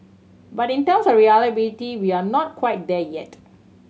but in terms of reliability we are not quite there yet